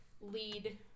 lead